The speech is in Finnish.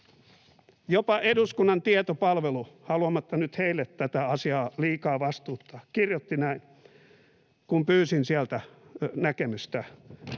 Jopa eduskunnan tietopalvelu, haluamattani nyt heille tätä asiaa liikaa vastuuttaa, kirjoitti näin, kun pyysin sieltä näkemystä: